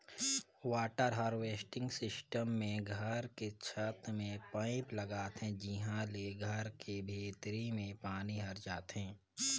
water harvesting system मे घर के छत में पाईप लगाथे जिंहा ले घर के भीतरी में पानी हर जाथे